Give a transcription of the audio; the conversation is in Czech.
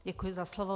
Děkuji za slovo.